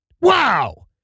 Wow